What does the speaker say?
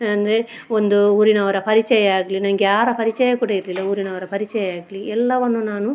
ಅಂದರೆ ಒಂದು ಊರಿನವರ ಪರಿಚಯ ಆಗಲೀ ನನಗೆ ಯಾರ ಪರಿಚಯ ಕೂಡ ಇರಲಿಲ್ಲ ಊರಿನವರ ಪರಿಚಯ ಆಗಲೀ ಎಲ್ಲವನ್ನು ನಾನು